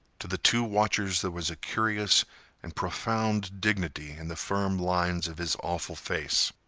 to the two watchers there was a curious and profound dignity in the firm lines of his awful face.